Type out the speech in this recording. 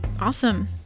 Awesome